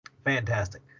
fantastic